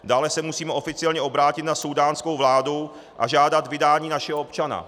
Dále se musíme oficiálně obrátit na súdánskou vládu a žádat vydání našeho občana.